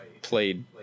played